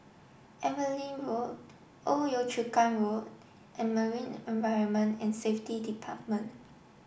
Evelyn Road Old Yio Chu Kang Road and Marine Environment and Safety Department